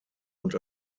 und